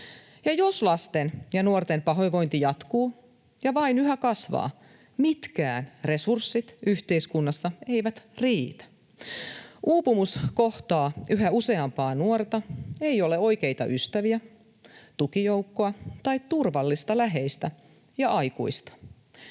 Ja jos lasten ja nuorten pahoinvointi jatkuu ja vain yhä kasvaa, mitkään resurssit yhteiskunnassa eivät riitä. Uupumus kohtaa yhä useampaa nuorta. Ei ole oikeita ystäviä, tukijoukkoa tai turvallista läheistä ja aikuista.